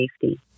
safety